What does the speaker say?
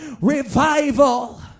revival